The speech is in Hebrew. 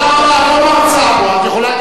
את יכולה קריאת ביניים, לא להרצות.